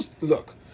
look